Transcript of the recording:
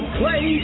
play